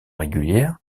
régulières